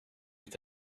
est